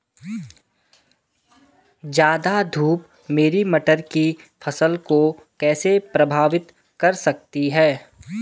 ज़्यादा धूप मेरी मटर की फसल को कैसे प्रभावित कर सकती है?